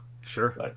Sure